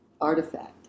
artifact